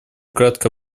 кратко